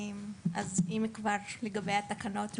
בבקשה.